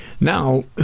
Now